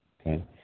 okay